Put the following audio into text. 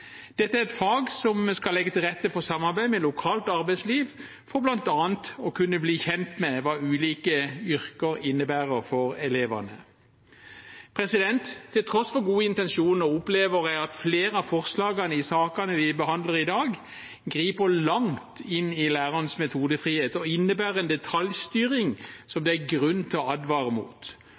Dette er et fag som skal legge til rette for samarbeid med lokalt arbeidsliv for bl.a. å kunne bli kjent med hva ulike yrker innebærer for elevene. Til tross for gode intensjoner opplever jeg at flere av forslagene i sakene vi behandler i dag, griper langt inn i lærerens metodefrihet og innebærer en detaljstyring som det er grunn til å advare mot.